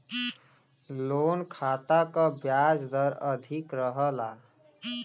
loan खाता क ब्याज दर अधिक रहला